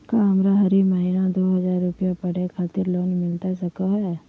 का हमरा हरी महीना दू हज़ार रुपया पढ़े खातिर लोन मिलता सको है?